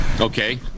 Okay